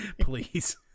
please